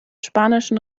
spanischen